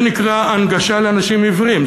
זה נקרא הנגשה לאנשים עיוורים.